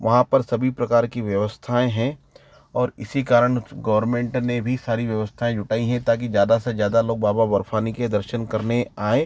वहाँ पर सभी प्रकार की व्यवस्थाएं हैं और इसी कारण गौरमेंट ने भी सारी व्यवथाएं जुटाई हैं ताकि ज़्यादा से ज़्यादा लोग बाबा बर्फानी के दर्शन करने आऍं